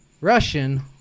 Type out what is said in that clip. Russian